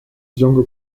younger